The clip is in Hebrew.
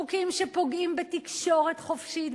חוקים שפוגעים בתקשורת חופשית,